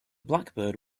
blackbird